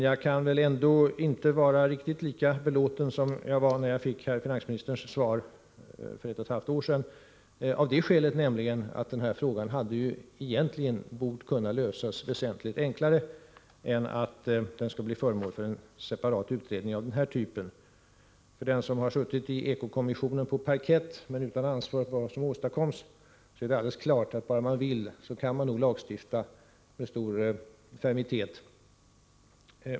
Jag kan ändå inte vara lika belåten som jag var när jag fick finansministerns svar för ett och ett halvt år sedan, av det skälet nämligen att denna fråga egentligen borde ha kunnat lösas väsentligt enklare än att bli föremål för en separat utredning av denna typ. För den som har suttit i EKO-kommissionen på parkett men utan ansvar för vad som åstadkommits är det alldeles klart att man bara man vill kan lagstifta med stor fermitet.